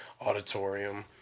auditorium